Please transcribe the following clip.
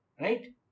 right